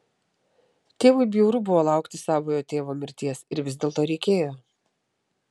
tėvui bjauru buvo laukti savojo tėvo mirties ir vis dėlto reikėjo